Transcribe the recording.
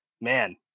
man